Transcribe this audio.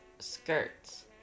skirts